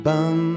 Bum